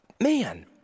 man